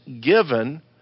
given